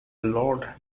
lord